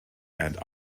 and